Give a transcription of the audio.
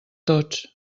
tots